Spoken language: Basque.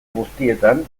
guztietan